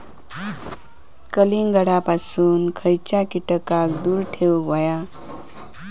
कलिंगडापासून खयच्या कीटकांका दूर ठेवूक व्हया?